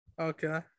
Okay